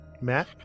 Matt